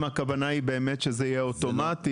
האם הכוונה היא באמת שזה יהיה אוטומטי.